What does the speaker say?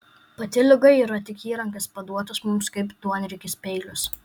pati liga yra tik įrankis paduotas mums kaip duonriekis peilis